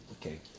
Okay